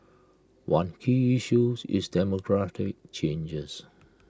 one key issue is demographic changes